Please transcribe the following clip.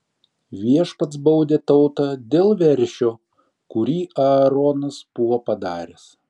viešpats baudė tautą dėl veršio kurį aaronas buvo padaręs